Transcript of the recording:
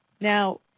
Now